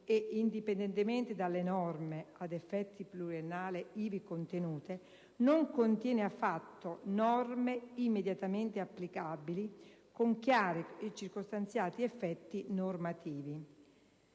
e indipendentemente dalle norme ad effetti pluriennali ivi contenute, non contiene affatto norme immediatamente applicabili con chiari e circostanziati effetti normativi.